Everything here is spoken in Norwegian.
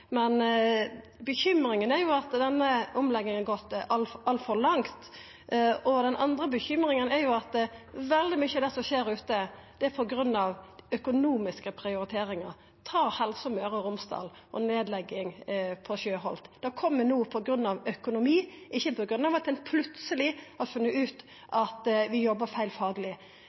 Men bekymringa er at denne omlegginga har gått altfor langt, og den andre bekymringa er at veldig mykje av det som skjer ute, skjer på grunn av økonomiske prioriteringer. Ta Helse Møre og Romsdal og nedlegginga på Sjøholt: Det kjem no på grunn av økonomi, ikkje på grunn av at ein plutseleg har funne ut at vi jobbar feil fagleg.